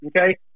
Okay